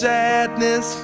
sadness